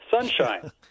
sunshine